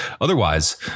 otherwise